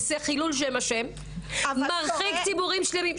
עושה חילול שם השם ומרחיק ציבורים שלמים.